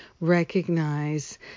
recognize